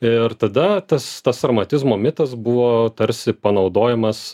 ir tada tas tas sarmatizmo mitas buvo tarsi panaudojamas